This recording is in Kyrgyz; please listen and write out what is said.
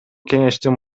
кеңештин